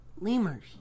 Lemurs